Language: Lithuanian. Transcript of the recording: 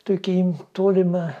tokį tolimą